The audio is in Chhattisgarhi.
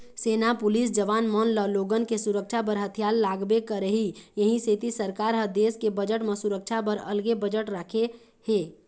सेना, पुलिस जवान मन ल लोगन के सुरक्छा बर हथियार लागबे करही इहीं सेती सरकार ह देस के बजट म सुरक्छा बर अलगे बजट राखे हे